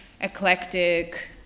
eclectic